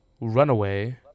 runaway